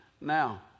now